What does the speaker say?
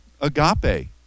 agape